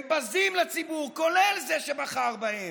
הם בזים לציבור, כולל זה שבחר בהם.